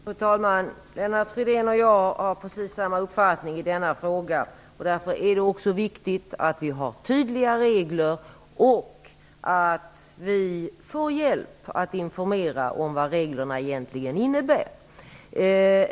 Fru talman! Lennart Fridén och jag har precis samma uppfattning i denna fråga. Det är viktigt att vi har tydliga regler och att vi får hjälp med att informera om vad reglerna egentligen innebär.